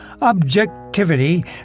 objectivity